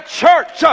church